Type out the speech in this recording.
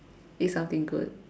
eat something good